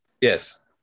Yes